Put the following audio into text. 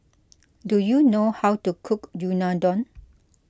do you know how to cook Unadon